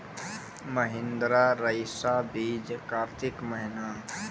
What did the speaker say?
महिंद्रा रईसा बीज कार्तिक महीना?